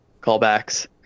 callbacks